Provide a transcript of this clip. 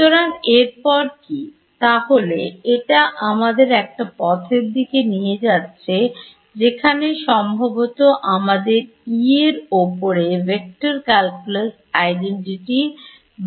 সুতরাং এরপর কি তাহলে এটা আমাদের একটা পথের দিকে নিয়ে যাচ্ছে যেখানে সম্ভবত আমাদের E এর উপরে Vector calculus Identity ব্যবহার করতে হবে